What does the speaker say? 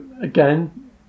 again